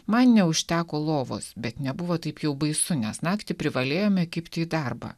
man neužteko lovos bet nebuvo taip jau baisu nes naktį privalėjome kibti į darbą